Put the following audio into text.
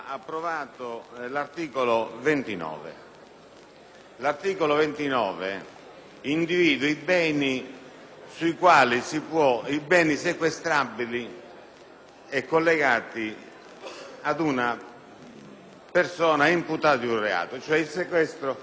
l'articolo 29 che individua i beni sequestrabili collegati ad una persona imputata di un reato, cioè il sequestro preventivo relativo ai reati.